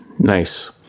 nice